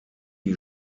die